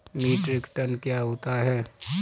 Metric ton क्या होता है?